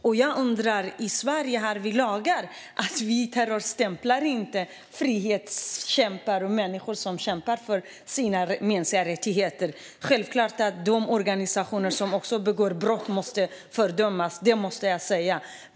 I Sverige har vi lagar som säger att vi inte terrorstämplar frihetskämpar och människor som kämpar för sina mänskliga rättigheter. Det är självklart att de organisationer som begår brott måste fördömas; det måste jag säga.